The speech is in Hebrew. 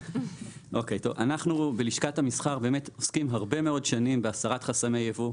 אנחנו בלשכת המסחר באמת עוסקים הרבה מאוד שנים בהסרת חסמי ייבוא,